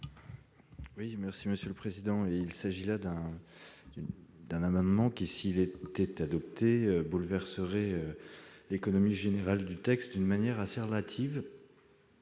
Oui, merci Monsieur le Président, il s'agit là d'un d'un amendement qui, s'il était peut-être adopter bouleverserait l'économie générale du texte, d'une manière assez relative